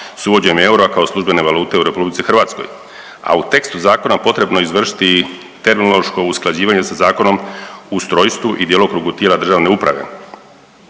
s uvođenjem eura kao službene valute u Republici Hrvatskoj, a u tekstu zakona potrebno je izvršiti i terminološko usklađivanje sa Zakonom o ustrojstvu i djelokrugu tijela državne uprave